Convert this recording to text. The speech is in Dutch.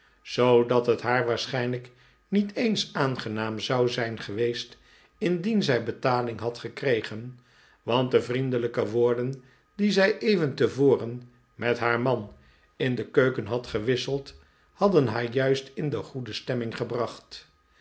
zoodat het haar waarschijnlijk niet eens aangenaam zou zijn geweest indien zij betaling had gekregen want de vriendelijke woorden die zij even tevoren met haar man in de keuken had gewisseld hadden haar juist in de goede stemming gebracht